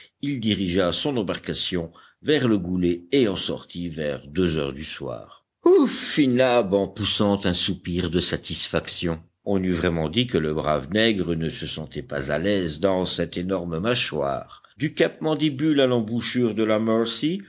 il dirigea son embarcation vers le goulet et en sortit vers deux heures du soir ouf fit nab en poussant un soupir de satisfaction on eût vraiment dit que le brave nègre ne se sentait pas à l'aise dans cette énorme mâchoire du cap mandibule à l'embouchure de la